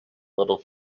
little